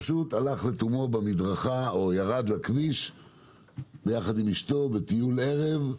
פשוט ירד לכביש עם אשתו בטיול ערב,